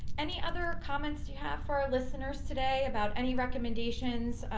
any other comments you have for our listeners today about any recommendations,